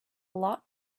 lot